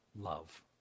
love